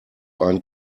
einen